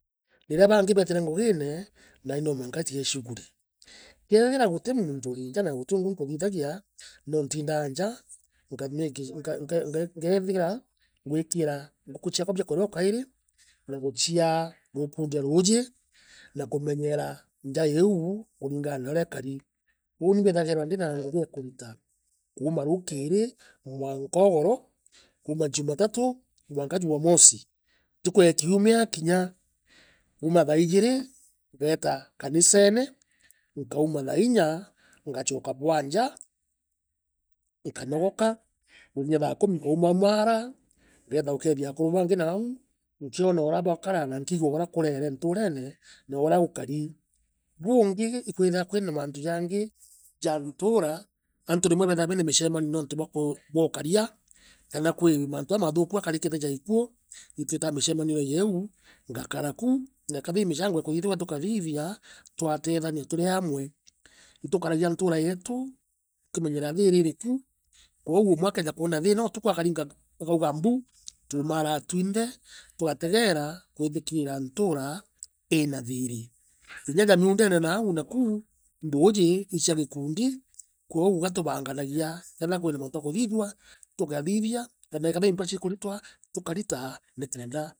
Riria baangi beetire ngugine nai no mwanka nciie shughuli. Kethira guti muuntu ari nja na utiuungi nkuthithagia no ntindaa nja nka mako nka nka nka nkoethira ngwikiira ngufu ciakwa biakuriu okari na nguchiaa ngukundia rauji na kumenyera njaa iiuu kuringana na urea ikari kwou uuni mbithagirwa ndi na ngui ya kurita kuuma ruukiri mwaka ogovo kuuma njumatatu mwaka njumamosi ntuku e kiumia ekinya kuuma thaa ijiri ngeeta kanisene nkauma thaa inyangachoka bwa nja nkanogoka kwikinya thaa kumi nkauma umara ngeeta ukethia ukuru baangi naau nkioa urea baukara na nkiigagua urea kureere ntureene na urea gukari buungi ikwithirwa kwina mantu jangi ja ntuura antu rimwe nibeethairwa been michemanio niuntu bwa ku bwa ukaria kana kwi maantu jaamathuku jakarikito ja ikue itwitaa michemanione jeuu ngakara ku eethiei michango ikuthithagua tukathithia twaatethania turi amwe itukaragia ntuura yeetu tukimenyeraa thiiri iri ku kwou umwe akeja kwona thiina utuku akaringa kinya ja miundene nau nduuji i cia gikundi kwou gathu banganagia kethira kwina mantu kuthithia tukathithia kana kethera i nkache ikuritwa tukarita nikenda.